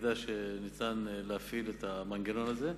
היחידה שלפיה ניתן להפעיל את המנגנון הזה.